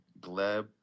Gleb